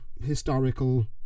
historical